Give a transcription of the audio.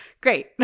Great